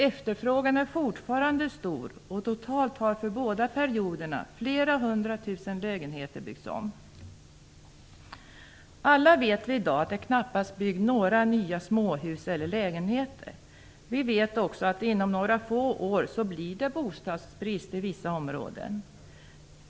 Efterfrågan är fortfarande stor, och totalt har för båda perioderna flera hundra tusen lägenheter byggts om. Vi vet alla att det i dag knappast byggs några nya småhus eller lägenheter. Vi vet också att det inom några få år blir bostadsbrist i vissa områden.